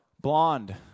blonde